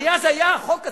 הרי אז היה החוק עצמו,